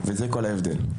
וזה כל ההבדל.